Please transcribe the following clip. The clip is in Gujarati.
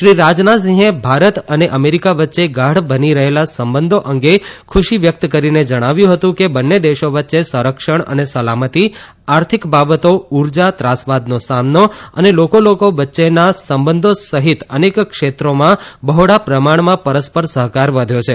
શ્રી રાજનાથસીંહે ભારત અને અમેરીકા વચ્ચે ગાઢ બની રહેલા સંબંધો અંગે ખુશી વ્યકત કરીને જણાવ્યું હતું કે બંને દેશો વચ્ચે સંરક્ષણ અને સલામતી આર્થિક બાબતો ઉર્જા ત્રાસવાદનો સામનો અને લોકો લોકો વચ્ચેના સંબંધો સહિત અનેક ક્ષેત્રોમાં બહોળા પ્રમાણમાં પરસ્પર સહકાર વધ્યો છે